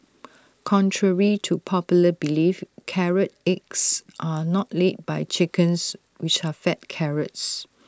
contrary to popular belief carrot eggs are not laid by chickens which are fed carrots